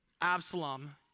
Absalom